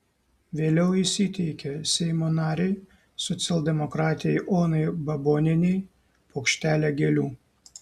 vėliau jis įteikė seimo narei socialdemokratei onai babonienei puokštelę gėlių